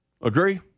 Agree